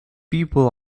people